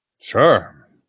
Sure